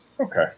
Okay